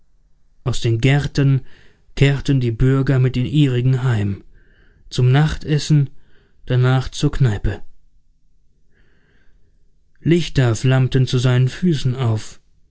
aus den gärten kehrten die bürger mit den ihrigen heim zum nachtessen danach zur kneipe lichter flammten zu seinen füßen auf